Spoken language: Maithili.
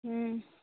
हूँ